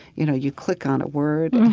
you know, you click on a word and